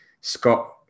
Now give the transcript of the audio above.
Scott